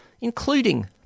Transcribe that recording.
including